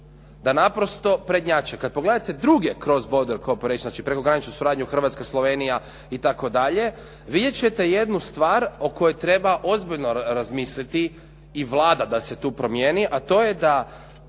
da naprosto prednjače. Kada pogledate druge kroz … /Govornik se ne razumije./… znači prekogranična suradnja Hrvatska Slovenija, itd. vidjet ćete jednu stvar o kojoj treba ozbiljno razmisliti i Vlada da se tu promijeni, a to da